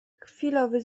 chwilowy